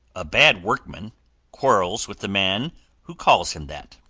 a bad workman quarrels with the man who calls him that.